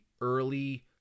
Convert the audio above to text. early